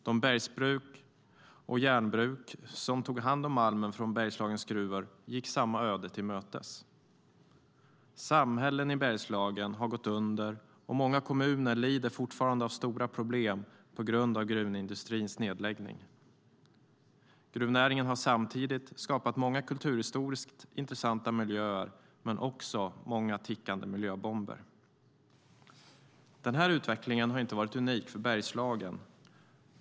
De bergsbruk och järnbruk som tog hand om malmen från Bergslagens gruvor gick samma öde till mötes. Samhällen i Bergslagen har gått under, och många kommuner lider fortfarande av stora problem på grund av gruvindustrins nedläggning. Gruvnäringen har samtidigt skapat många kulturhistoriskt intressanta miljöer men också många tickande miljöbomber. Denna utveckling har inte varit unik för Bergslagen.